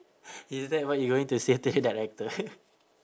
is that what you going to say to that director